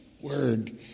word